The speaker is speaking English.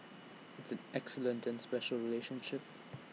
IT isn't excellent and special relationship